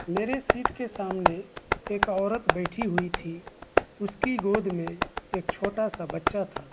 میرے سیٹ کے سامنے ایک عورت بیٹھی ہوئی تھی اس کی گود میں ایک چھوٹا سا بچہ تھا